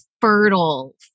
fertile